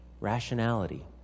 rationality